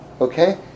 okay